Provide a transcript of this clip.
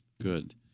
Good